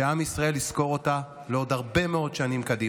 שעם ישראל יזכור אותה לעוד הרבה מאוד שנים קדימה.